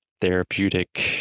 therapeutic